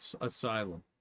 asylum